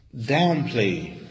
downplay